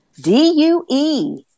D-U-E